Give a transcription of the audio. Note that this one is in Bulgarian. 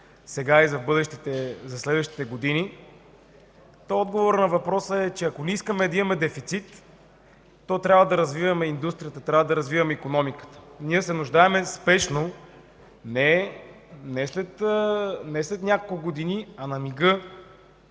сега и за следващите години, то отговорът на въпроса е, че ако не искаме да имаме дефицит, то трябва да развиваме индустрията, трябва да развиваме икономиката. Ние се нуждаем спешно, не след няколко години, а на мига,